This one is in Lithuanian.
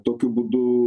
tokiu būdu